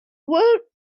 woot